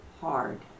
hard